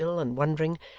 pale, and wondering,